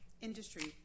industry